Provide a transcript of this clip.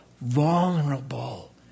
vulnerable